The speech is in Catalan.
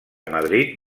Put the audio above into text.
madrid